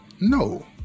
no